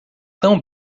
tão